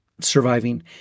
surviving